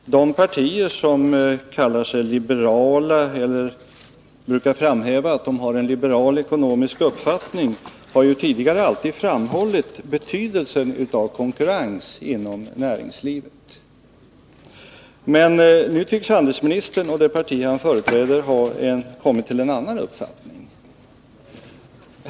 Herr talman! De partier som kallar sig liberala eller brukar framhäva att de har en liberal ekonomisk uppfattning har tidigare alltid framhållit betydelsen av konkurrens inom näringslivet. Men nu tycks handelsministern och det parti han företräder ha kommit fram till en annan uppfattning.